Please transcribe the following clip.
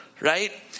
right